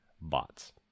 bots